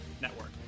Network